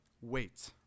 Wait